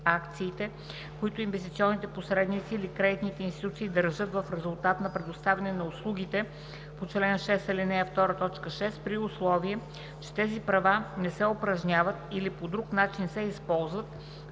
които инвестиционните посредници или кредитните институции държат в резултат на предоставяне на услугите по чл. 6, ал. 2, т. 6, при условие че тези права не се упражняват или по друг начин се използват,